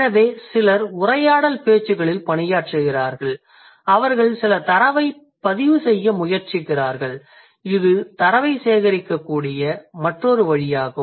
எனவே சிலர் உரையாடல் பேச்சுகளில் பணியாற்றுகிறார்கள் அவர்கள் சில தரவைப் பதிவு செய்ய முயற்சிக்கிறார்கள் இது தரவை சேகரிக்கக்கூடிய மற்றொரு வழியாகும்